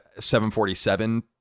747